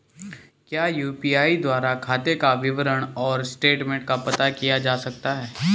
क्या यु.पी.आई द्वारा खाते का विवरण और स्टेटमेंट का पता किया जा सकता है?